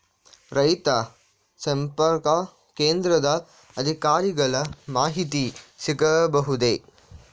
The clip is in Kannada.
ರೈತ ಸಂಪರ್ಕ ಕೇಂದ್ರದ ಅಧಿಕಾರಿಗಳ ಮಾಹಿತಿ ಸಿಗಬಹುದೇ?